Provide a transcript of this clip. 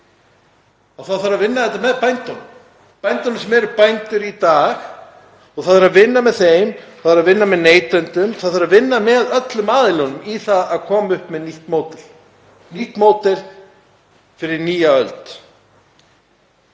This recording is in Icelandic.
þá þarf að vinna þetta með bændunum, þeim sem eru bændur í dag. Það þarf að vinna með þeim, vinna með neytendum, það þarf að vinna með öllum aðilunum að því að koma með nýtt módel, nýtt módel fyrir nýja öld.